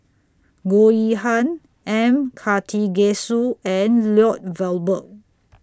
Goh Yihan M Karthigesu and Lloyd Valberg